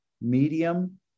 medium